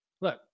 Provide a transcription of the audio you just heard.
Look